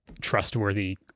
trustworthy